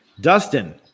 Dustin